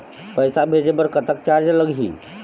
पैसा भेजे बर कतक चार्ज लगही?